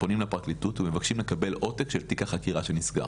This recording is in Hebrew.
אנחנו פונים לפרקליטות ומבקשים לקבל עותק של תיק החקירה שנסגר